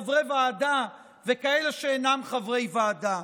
חברי ועדה וכאלה שאינם חברי ועדה,